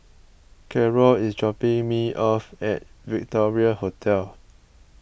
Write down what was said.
Karol is dropping me off at Victoria Hotel